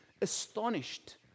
astonished